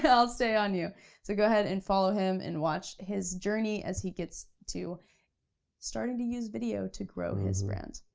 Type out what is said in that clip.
i'll stay on you! so go ahead and follow him, and watch his journey as he gets to starting to use video to grow his brand.